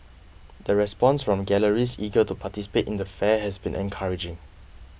the response from galleries eager to participate in the fair has been encouraging